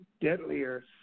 deadlier